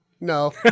No